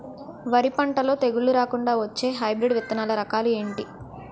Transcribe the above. వరి పంటలో తెగుళ్లు రాకుండ వచ్చే హైబ్రిడ్ విత్తనాలు రకాలు ఏంటి?